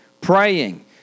praying